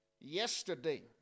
Yesterday